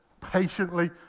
patiently